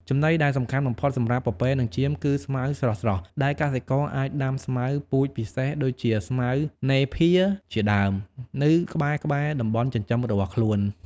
ចំណីដែលសំខាន់បំផុតសម្រាប់ពពែនិងចៀមគឺស្មៅស្រស់ៗ ដែលកសិករអាចដាំស្មៅពូជពិសេសដូចជា ស្មៅណេភៀរជាដើម នៅក្បែរៗតំបន់ចិញ្ចឹមរបស់ខ្លួន។